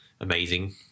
amazing